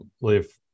leave